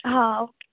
हां ओके